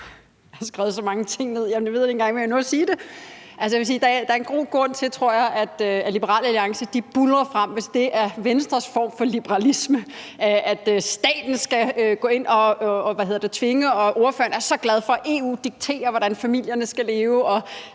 der er en god grund til, at Liberal Alliance buldrer frem, hvis det er Venstres form for liberalisme, at staten skal gå ind og bruge tvang. Ordføreren er så glad for, at EU dikterer, hvordan familierne skal leve,